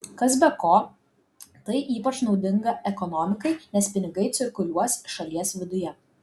kas be ko tai ypač naudinga ekonomikai nes pinigai cirkuliuos šalies viduje